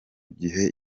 gihe